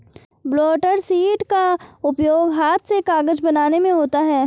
blotter sheet का उपयोग हाथ से कागज बनाने में होता है